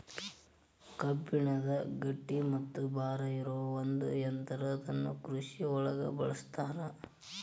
ಕಬ್ಬಣದ ಗಟ್ಟಿ ಮತ್ತ ಭಾರ ಇರು ಒಂದ ಯಂತ್ರಾ ಇದನ್ನ ಕೃಷಿ ಒಳಗು ಬಳಸ್ತಾರ